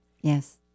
Yes